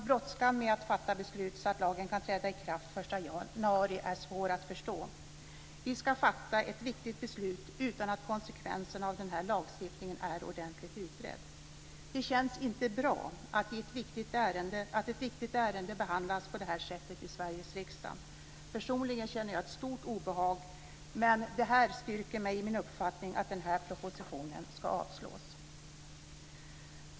Brådskan med att fatta beslut så att lagen kan träda i kraft den 1 januari är svår att förstå. Vi ska fatta ett viktigt beslut utan att konsekvenserna av den här lagstiftningen är ordentligt utredda. Det känns inte bra att ett viktigt ärende behandlas på det här sättet i Sveriges riksdag. Personligen känner jag ett stort obehag. Detta styrker mig i min uppfattning att den här propositionen ska avslås.